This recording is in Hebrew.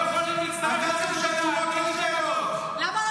הייתם יכולים להצטרף לממשלה --- למה לא